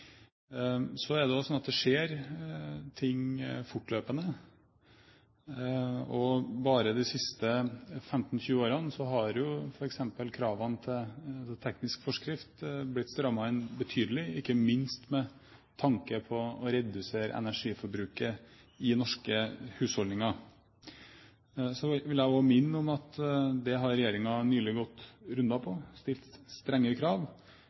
Så er det også slik at det skjer ting fortløpende. Bare de siste 15–20 årene har f.eks. kravene til teknisk forskrift blitt strammet inn betydelig, ikke minst med tanke på å redusere energiforbruket i norske husholdninger. Jeg vil minne om at det har regjeringen nylig gått runder på, og den har stilt strengere krav.